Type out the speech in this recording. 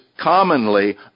commonly